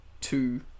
two